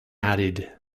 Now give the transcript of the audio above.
added